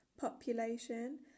population